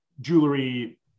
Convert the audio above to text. jewelry